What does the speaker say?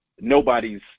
nobody's